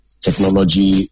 technology